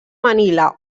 manila